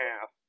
half